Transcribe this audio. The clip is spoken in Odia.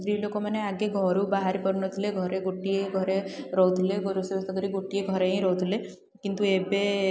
ସ୍ତ୍ରୀଲୋକମାନେ ଆଗେ ଘରୁ ବାହାରି ପାରୁନଥିଲେ ଘରେ ଗୋଟିଏ ଘରେ ରହୁଥିଲେ ରୋଷେଇବାସ କରି ଗୋଟିଏ ଘରେ ହିଁ ରହୁଥିଲେ କିନ୍ତୁ ଏବେ